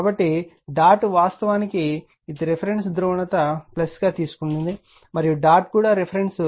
కాబట్టి డాట్ వాస్తవానికి ఇది రిఫరెన్స్ ధ్రువణత తీసుకుంది మరియు డాట్ కూడా రిఫరెన్స్